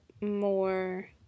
more